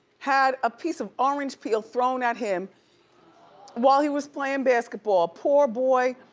had a piece of orange peel thrown at him while he was playin' basketball. poor boy.